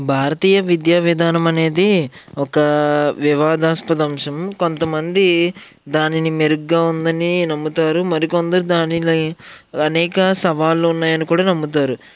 భారతీయ విద్యా విధానం అనేది ఒక వివాదాస్పద అంశం కొంతమంది దానిని మెరుగ్గా ఉందని నమ్ముతారు మరికొందరు దానిలో అనేక సవాళ్ళు ఉన్నాయని కూడా నమ్ముతారు